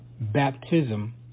baptism